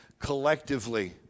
collectively